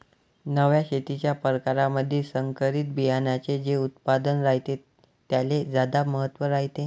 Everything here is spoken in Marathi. नव्या शेतीच्या परकारामंधी संकरित बियान्याचे जे उत्पादन रायते त्याले ज्यादा महत्त्व रायते